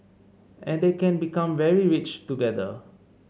and they can become very rich together